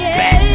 back